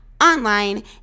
online